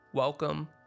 welcome